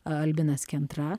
albinas kentra